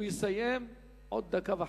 הוא יסיים בעוד דקה וחצי.